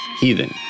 Heathen